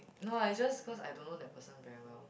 no ah is just cause I don't know that person very well